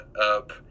up